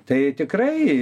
tai tikrai